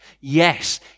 Yes